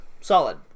Solid